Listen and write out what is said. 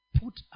put